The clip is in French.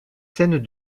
scènes